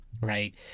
Right